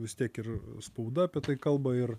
vis tiek ir spauda apie tai kalba ir